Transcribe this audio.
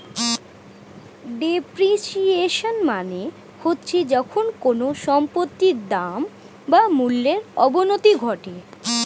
depreciation মানে হচ্ছে যখন কোনো সম্পত্তির দাম বা মূল্যর অবনতি ঘটে